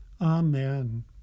Amen